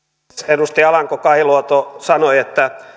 edustaja alanko kahiluoto sanoi että